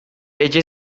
ella